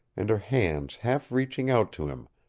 and her hands half reaching out to him,